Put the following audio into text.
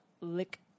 lick